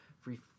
free